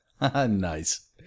Nice